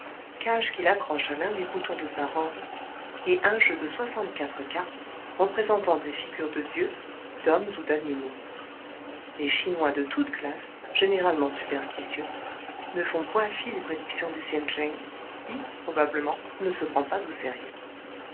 cage qu'il accroche à l'un des boutons de sa robe et un jeu de soixante-quatre cartes représentant des figures de dieux d'hommes ou d'animaux les chinois de toute classe généralement superstitieux ne font point fi des prédictions du sien cheng qui probablement ne se prend pas au sérieux